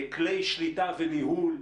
כלי שליטה וניהול.